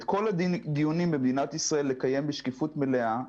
את כל הדיונים במדינת ישראל לקיים בשקיפות מלאה.